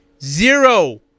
Zero